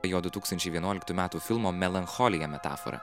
jo du tūkstančiai vienuoliktų metų filmo melancholija metafora